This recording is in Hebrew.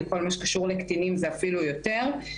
בכל מה שקשור לקטינים זה אפילו יותר,